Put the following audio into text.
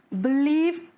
believe